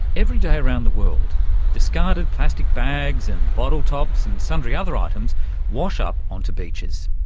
every day around the world discarded plastic bags and bottle tops and sundry other items wash up onto beaches.